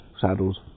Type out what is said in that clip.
saddles